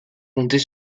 compter